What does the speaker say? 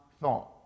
thought